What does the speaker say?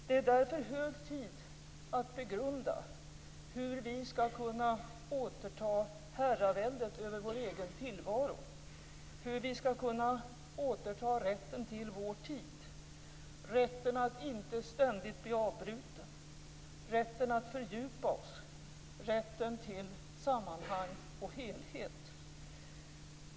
Det är därför hög tid att begrunda hur vi ska kunna återta herraväldet över vår egen tillvaro, hur vi ska kunna återta rätten till vår tid, rätten att inte ständigt bli avbruten, rätten att fördjupa oss, rätten till sammanhang och helhet.